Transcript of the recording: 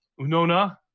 Unona